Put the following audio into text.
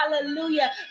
Hallelujah